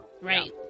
Right